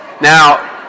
Now